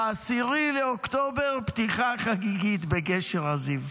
ב-10 באוקטובר פתיחה חגיגית בגשר הזיו.